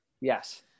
Yes